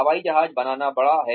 हवाई जहाज बनाना बड़ा है